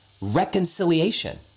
reconciliation